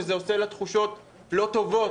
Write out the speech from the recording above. שזה עושה לה תחושות לא טובות